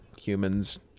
humans